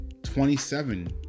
27